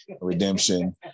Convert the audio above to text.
Redemption